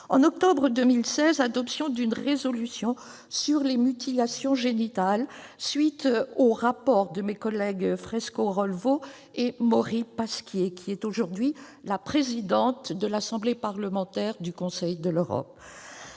En octobre 2016 est adoptée une résolution sur les mutilations génitales, à la suite du rapport de mes collègues Fresko-Rolfo et Maury Pasquier. Cette dernière est aujourd'hui la présidente de l'Assemblée parlementaire du Conseil de l'Europe.